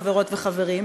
חברות וחברים,